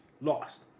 lost